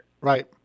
Right